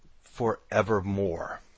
forevermore